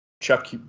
Chuck